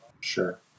Sure